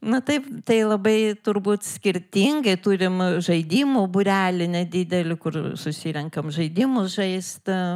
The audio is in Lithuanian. na taip tai labai turbūt skirtingai turim žaidimų būrelį nedidelį kur susirenkam žaidimus žaist